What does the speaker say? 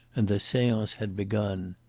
and the seance had begun.